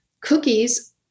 cookies